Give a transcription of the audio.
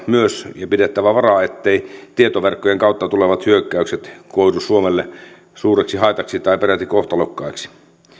myös ja pidettävä vara etteivät tietoverkkojen kautta tulevat hyökkäykset koidu suomelle suureksi haitaksi tai peräti kohtalokkaiksi